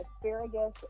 asparagus